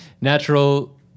natural